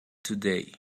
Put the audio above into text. today